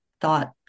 thought